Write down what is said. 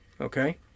Okay